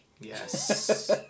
yes